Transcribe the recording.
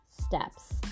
steps